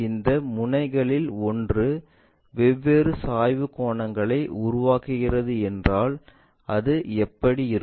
இந்த முனைகளில் ஒன்று வெவ்வேறு சாய்வு கோணங்களை உருவாக்குகிறது என்றால் அது எப்படி இருக்கும்